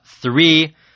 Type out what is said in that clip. three